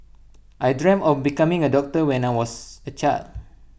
I dreamt of becoming A doctor when I was A child